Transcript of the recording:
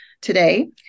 today